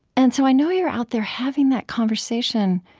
and so i know you're out there having that conversation,